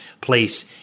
place